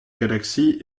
galaxie